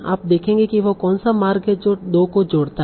आप देखेंगे कि वह कौनसा मार्ग है जो 2 को जोड़ता है